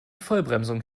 vollbremsung